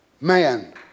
Man